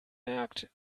merkt